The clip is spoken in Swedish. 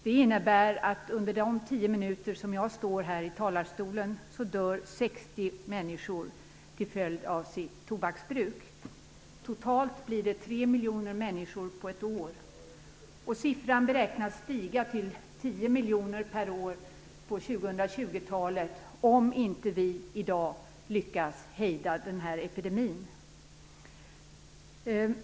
Det innebär att under de tio minuter jag står här i talarstolen dör 60 människor till följd av sitt tobaksbruk. Totalt blir det 3 miljoner människor på ett år. Siffran beräknas stiga till 10 miljoner per år på 2020-talet om man inte i dag lyckas hejda denna epidemi.